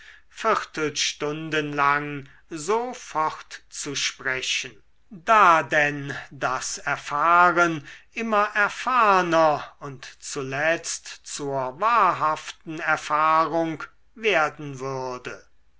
viertelstunden lang so fortzusprechen da denn das erfahren immer erfahrner und zuletzt zur wahrhaften erfahrung werden würde